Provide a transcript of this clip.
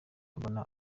mbona